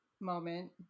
moment